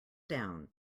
down